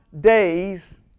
days